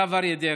הרב אריה דרעי.